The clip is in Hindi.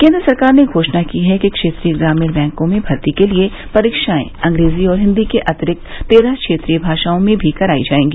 केन्द्र सरकार ने घोषणा की है कि क्षेत्रीय ग्रामीण बैंकों में भर्ती के लिए परीक्षाएं अंग्रेजी और हिन्दी के अतिरिक्त तेरह क्षेत्रीय भाषाओं में कराई जायेंगी